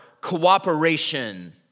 cooperation